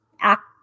act